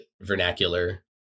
vernacular